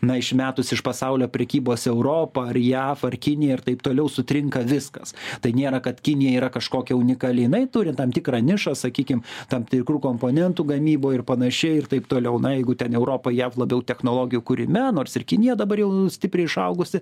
na išmetus iš pasaulio prekybos europą ar jav ar kiniją ir taip toliau sutrinka viskas tai nėra kad kinija yra kažkokia unikali jinai turi tam tikrą nišą sakykim tam tikrų komponentų gamyboj ir panašiai ir taip toliau na jeigu ten europa jav labiau technologijų kūrime nors ir kinija dabar jau stipriai išaugusi